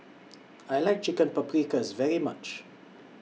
I like Chicken Paprikas very much